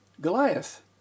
Goliath